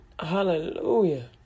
Hallelujah